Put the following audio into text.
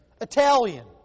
Italian